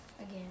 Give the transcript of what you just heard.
again